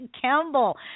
Campbell